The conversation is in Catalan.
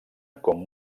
com